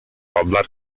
hablar